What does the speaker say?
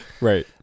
Right